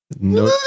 No